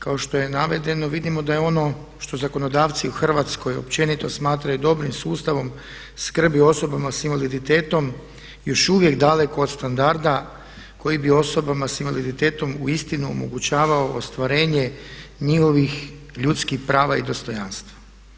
Kao što je navedeno vidimo da je ono što zakonodavci u Hrvatskoj općenito smatraju dobrim sustavom skrbi o osobama s invaliditetom još uvijek daleko od standarda koji bi osobama sa invaliditetom uistinu omogućavao ostvarenje njihovih ljudskih prava i dostojanstva.